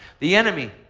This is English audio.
the enemy,